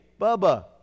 Bubba